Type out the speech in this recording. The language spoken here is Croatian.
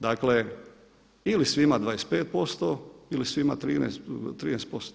Dakle ili svima 25% ili svima 13%